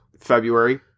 February